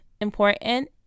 important